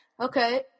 Okay